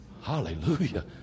Hallelujah